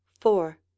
four